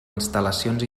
instal·lacions